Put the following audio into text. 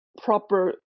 proper